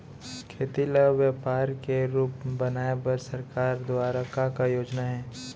खेती ल व्यापार के रूप बनाये बर सरकार दुवारा का का योजना हे?